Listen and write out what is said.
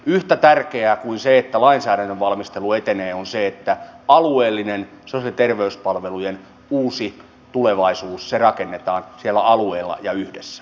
yhtä tärkeää kuin se että lainsäädännön valmistelu etenee on se että alueellinen sosiaali ja terveyspalvelujen uusi tulevaisuus rakennetaan siellä alueella ja yhdessä